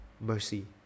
mercy